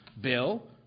Bill